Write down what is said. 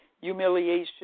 humiliation